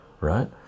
right